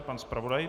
Pan zpravodaj.